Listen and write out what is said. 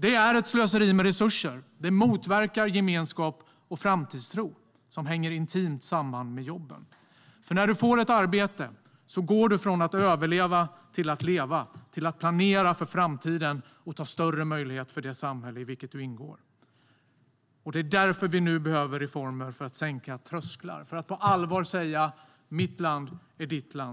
Det är ett slöseri med resurser, och det motverkar gemenskap och framtidstro som hänger intimt samman med jobben. När du får ett arbete går du nämligen från att överleva till att leva och till att planera för framtiden. Du får större möjligheter att ta ansvar för det samhälle i vilket du ingår. Det är därför som vi nu behöver reformer för att sänka trösklar och för att på allvar kunna säga